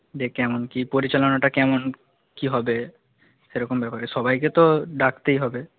যে কেমন কী পরিচালনাটা কেমন কী হবে সেরকম ব্যাপারে সবাইকে তো ডাকতেই হবে